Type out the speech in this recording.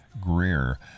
Greer